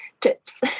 tips